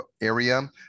area